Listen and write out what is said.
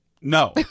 No